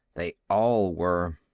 they all were.